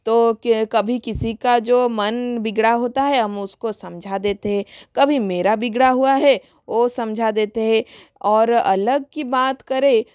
तो कभी किसी का जो मन बिगड़ा होता हे हम उसको समझा देते हैं कभी मेरा बिगड़ा हुआ है वो समझा देते हैं और अलग की बात करें